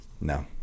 No